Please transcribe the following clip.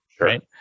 Right